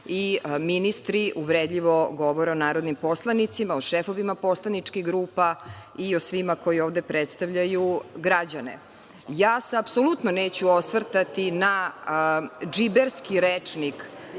i ministri uvredljivo govore o narodnim poslanicima, o šefovima poslaničkih grupa i o svima koji ovde predstavljaju građane. Apsolutno se neću osvrtati na džiberski rečnik